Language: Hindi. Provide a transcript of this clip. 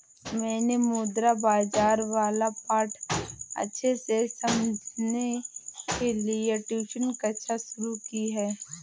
मैंने मुद्रा बाजार वाला पाठ अच्छे से समझने के लिए ट्यूशन कक्षा शुरू की है